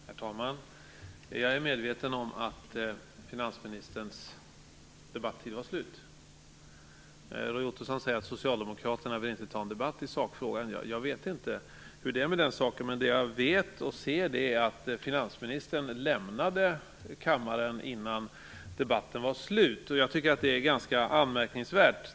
Herr talman! Jag är medveten om att finansministerns debattid är slut. Roy Ottosson säger att Socialdemokraterna inte vill ta en debatt i sakfrågan. Jag vet inte hur det är med den saken. Men det jag vet och ser är att finansministern lämnade kammaren innan debatten var slut. Jag tycker att det är ganska anmärkningsvärt.